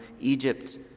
Egypt